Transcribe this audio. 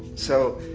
so,